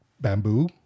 bamboo